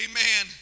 Amen